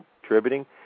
contributing